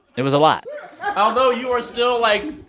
it was a lot although you are still, like,